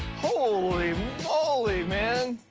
holy moley, man.